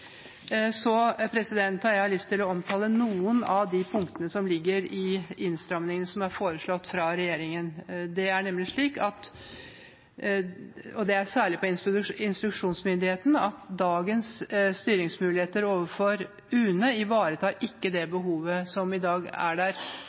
Så har jeg lyst til å omtale noen av de punktene som ligger i innstrammingene som er foreslått av regjeringen, særlig når det gjelder instruksjonsmyndigheten. Det er nemlig slik at dagens styringsmuligheter overfor UNE ikke ivaretar det behovet som i dag er der